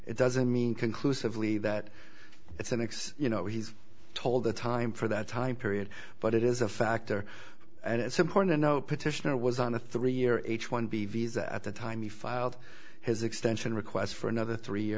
it doesn't mean conclusively that it's an ex you know he's told the time for that time period but it is a factor and it's important to know petitioner was on a three year h one b visa at the time he filed his extension requests for another three